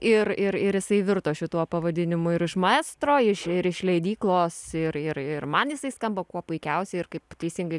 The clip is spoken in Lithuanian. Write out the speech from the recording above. ir ir ir jisai virto šituo pavadinimu ir iš maestro iš ir iš leidyklos ir ir ir man jisai skamba kuo puikiausiai ir kaip teisingai